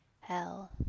Hell